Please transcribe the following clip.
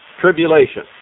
Tribulation